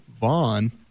Vaughn